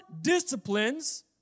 disciplines